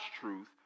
truth